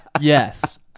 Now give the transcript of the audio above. Yes